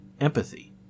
empathy